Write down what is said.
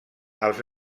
els